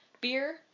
beer